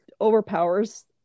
overpowers